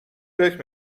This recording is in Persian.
فکر